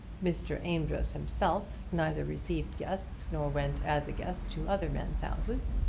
mr. amedroz himself neither received guests nor went as a guest to other men's houses.